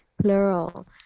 Plural